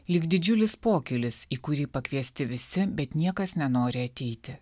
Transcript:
lyg didžiulis pokylis į kurį pakviesti visi bet niekas nenori ateiti